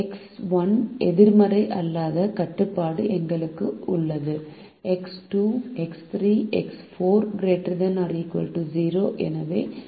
X 1 எதிர்மறை அல்லாத கட்டுப்பாடும் எங்களிடம் உள்ளது x 2 x 3 x 4 ≥ 0X1 X2 X3 X4 ≥ 0